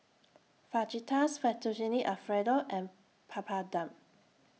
Fajitas Fettuccine Alfredo and Papadum